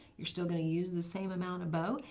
you're still going to use the same amount of bow.